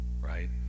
right